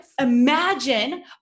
imagine